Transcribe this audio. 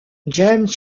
james